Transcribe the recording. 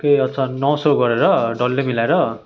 okay अच्छा नौ सौ गरेर डल्लै मिलाएर